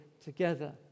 together